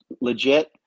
legit